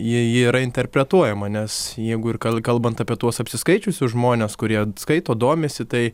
ji yra interpretuojama nes jeigu ir kalbant apie tuos apsiskaičiusius žmones kurie skaito domisi tai